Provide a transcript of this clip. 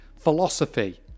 philosophy